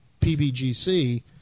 PBGC